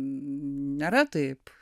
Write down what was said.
nėra taip